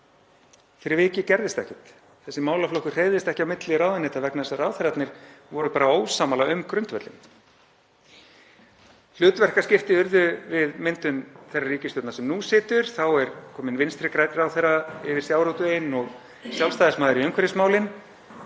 Fyrir vikið gerðist ekkert. Þessi málaflokkur hreyfðist ekki á milli ráðuneyta vegna þess að ráðherrarnir voru bara ósammála um grundvöllinn. Hlutverkaskipti urðu við myndun þeirrar ríkisstjórnar sem nú situr. Þá er komin Vinstri grænn ráðherra yfir sjávarútveginn og Sjálfstæðismaður í umhverfismálin